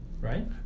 Right